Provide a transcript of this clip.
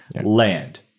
land